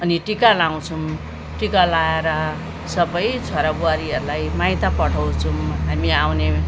अनि टिका लगाउँछौँ टिका लगाएर सबै छोराबुहारीहरूलाई माइत पठाउँछौँ हामी आउने